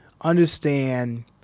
understand